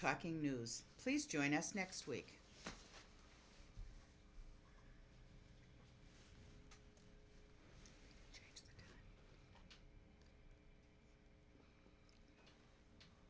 talking news please join us next week